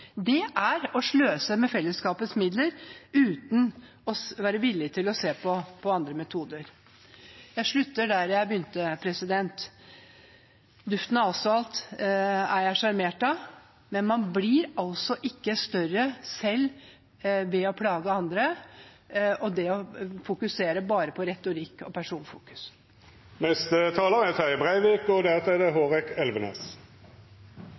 Det er å sløse med fellesskapets midler ikke å være villig til å se på andre metoder. Jeg slutter der jeg begynte: Duften av asfalt er jeg sjarmert av, men man blir ikke større selv ved å plage andre og fokusere bare på retorikk og